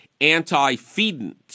anti-feedant